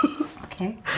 Okay